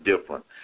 different